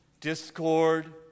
Discord